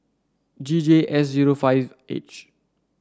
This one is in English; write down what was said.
G J S zero five H